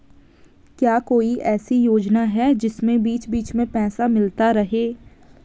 क्या कोई ऐसी योजना है जिसमें बीच बीच में पैसा मिलता रहे?